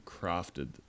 crafted